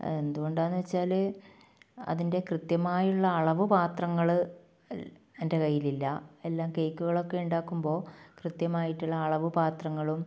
എന്തുകൊണ്ടാണെന്ന് വെച്ചാൽ അതിൻ്റെ കൃത്യമായുള്ള അളവ് പാത്രങ്ങൾ എൻ്റെ കയ്യിലില്ല എല്ലാം കേക്കുകളൊക്കെ ഉണ്ടാക്കുമ്പോൾ കൃത്യമായിട്ടുള്ള അളവ് പാത്രങ്ങളും